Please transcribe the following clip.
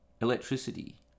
electricity